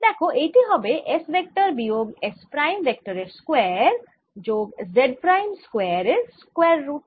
দেখো এইটি হবে S ভেক্টর বিয়োগ S প্রাইম ভেক্টরের স্কয়ার যোগ Z প্রাইম স্কয়ার এর স্কয়ার রুট